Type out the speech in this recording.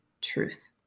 truth